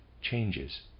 changes